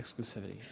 Exclusivity